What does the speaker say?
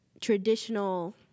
traditional